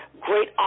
great